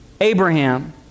Abraham